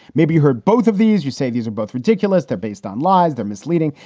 maybe you heard both of these. you say these are both ridiculous. they're based on lies, they're misleading.